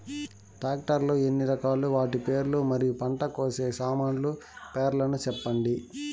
Tractor లు ఎన్ని రకాలు? వాటి పేర్లు మరియు పంట కోసే సామాన్లు పేర్లను సెప్పండి?